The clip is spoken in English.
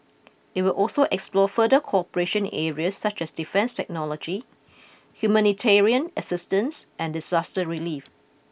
it will also explore further cooperation areas such as defence technology humanitarian assistance and disaster relief